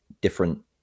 different